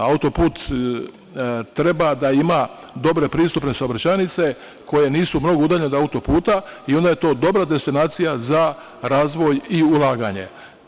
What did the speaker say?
Autoput treba da ima dobre pristupne saobraćajnice, koje nisu mnogo udaljene od autoputa i onda je to dobra destinacija za razvoj i ulaganje.